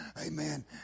Amen